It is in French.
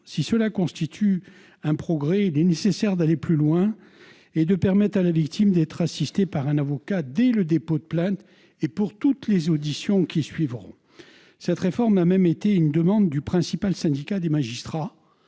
Si cela constitue un progrès, il est nécessaire d'aller plus loin et de lui permettre d'être assistée par un avocat dès le dépôt de plainte et pour toutes les auditions qui suivront. Cette réforme a même été une demande du principal syndicat de magistrats,